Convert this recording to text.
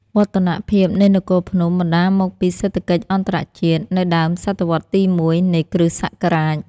វឌ្ឍនភាពនៃនគរភ្នំ បណ្តាលមកពីសេដ្ឋកិច្ចអន្តរជាតិ នៅដើមសតវត្សរ៍ទី១ នៃគ្រិស្តសករាជ។